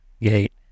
gate